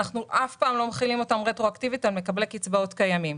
אנחנו אף פעם לא מחילים אותם רטרואקטיבית על מקבלי קצבאות קיימים.